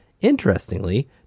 Interestingly